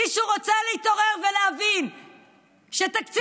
מישהו רוצה להתעורר ולהבין שתקציב